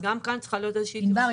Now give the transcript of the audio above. אז גם כאן צריכה להיות איזושהי --- ענבר,